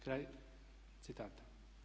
Kraj citata.